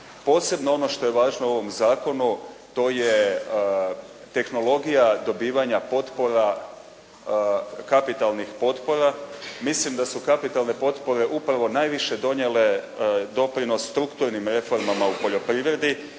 Posebno ono što je važno u ovom zakonu, to je tehnologija dobivanja kapitalnih potpora. Mislim da su kapitalne potpore upravo najviše donijele doprinos strukturnim reformama u poljoprivredi